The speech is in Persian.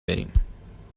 بریم